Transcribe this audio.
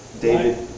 David